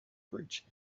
bridge